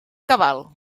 cabal